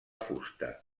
fusta